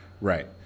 Right